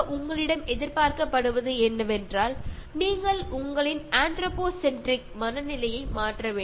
உங்களிடம் எதிர்பார்க்கப்படுவது என்னவென்றால் நீங்கள் உங்களின் "ஆந்த்ரோபோசென்ரிக் " மனநிலையை மாற்ற வேண்டும்